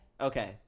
Okay